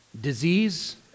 Disease